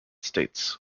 states